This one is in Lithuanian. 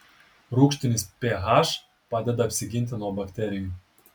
rūgštinis ph padeda apsiginti nuo bakterijų